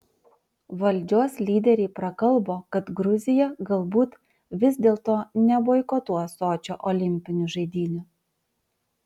valdžios lyderiai prakalbo kad gruzija galbūt vis dėlto neboikotuos sočio olimpinių žaidynių